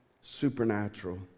supernatural